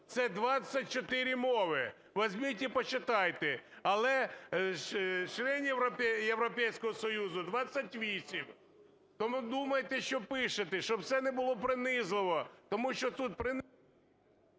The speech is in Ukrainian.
Це 24 мови. Візьміть і почитайте. Але членів Європейського Союзу – 28. Тому думайте, що пишете, щоб це не було принизливо. Тому що тут… ГОЛОВУЮЧИЙ.